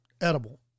edible